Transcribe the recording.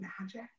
magic